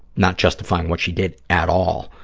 not justifying what she did at all,